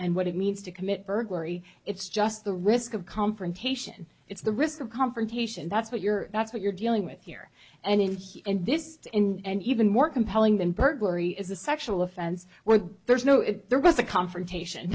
and what it means to commit burglary it's just the risk of confrontation it's the risk of confrontation that's what you're that's what you're dealing with here and here and this is in an even more compelling than burglary is a sexual offense where there's no if there was a confrontation